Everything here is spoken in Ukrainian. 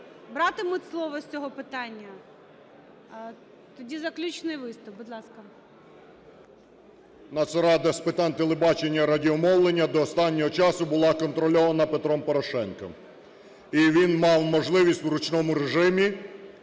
братимуть слово з цього питання? Тоді заключний виступ, будь ласка. 10:59:59 ЛЯШКО О.В. Нацрада з питань телебачення, радіомовлення до останнього часу була контрольована Петром Порошенком і він мав можливість в ручному режимі